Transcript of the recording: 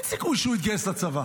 אין סיכוי שהוא יתגייס לצבא.